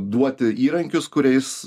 duoti įrankius kuriais